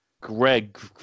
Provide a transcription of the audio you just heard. Greg